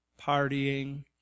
partying